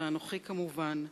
ואנוכי כמובן.